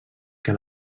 que